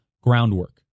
groundwork